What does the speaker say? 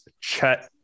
Chet